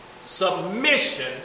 submission